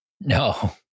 No